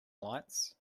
lights